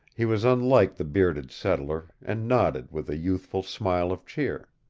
he was unlike the bearded settler, and nodded with a youthful smile of cheer.